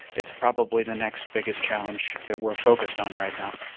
it's probably the next biggest challenge that we're focused on right now.